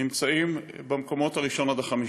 נמצאים במקומות הראשון עד החמישי.